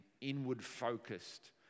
inward-focused